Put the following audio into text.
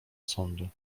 sądu